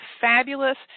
fabulous